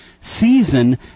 season